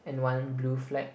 and one blue flag